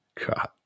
God